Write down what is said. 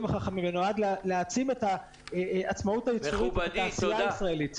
החכמים ונועד להעצים את העצמאות של התעשייה הישראלית.